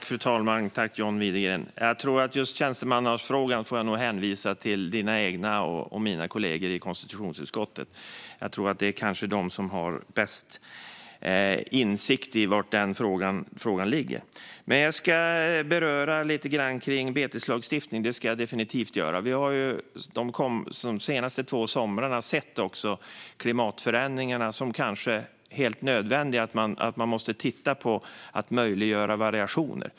Fru talman! När det gäller frågan om tjänstemannaansvar får jag nog hänvisa till kollegorna i konstitutionsutskottet. Det är kanske de som har bäst insikt i var den frågan ligger. Jag ska beröra beteslagstiftningen lite grann. Klimatförändringarna och det vi har kunnat se de senaste två somrarna gör det helt nödvändigt att titta på att möjliggöra variationer.